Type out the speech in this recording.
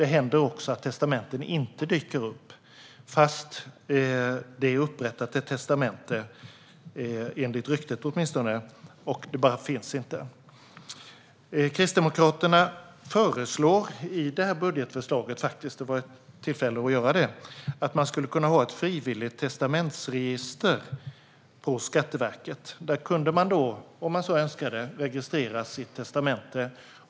Det händer också att testamenten inte dyker upp, fast det - åtminstone enligt ryktet - ska finnas ett testamente upprättat. Kristdemokraterna föreslår i budgetförslaget att man skulle kunna ha ett frivilligt testamentsregister på Skatteverket. Där kunde man, om man så önskar, registrera sitt testamente.